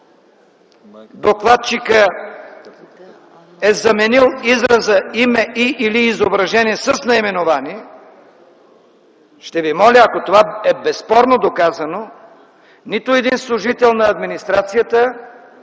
докладчикът е заменил израза „име и/или изображение с наименование” ще ви моля, ако това е безспорно доказано, нито един служител на администрацията